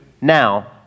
now